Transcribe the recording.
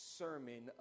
sermon